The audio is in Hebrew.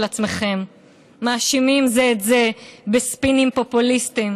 עצמכם; מאשימים זה את זה בספינים פופוליסטיים